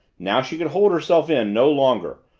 now she could hold herself in no longer.